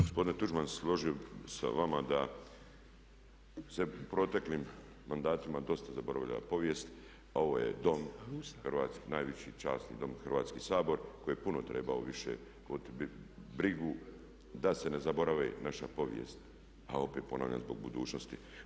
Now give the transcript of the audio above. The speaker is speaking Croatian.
Gospodine Tuđman, složio bih se s vama da se u proteklim mandatima dosta zaboravljala povijest, ovo je Dom, najviši, časni Dom Hrvatski sabor koji je puno trebao više voditi brigu da se ne zaboravi naša povijest a opet ponavljam zbog budućnosti.